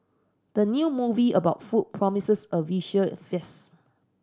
the new movie about food promises a visual feast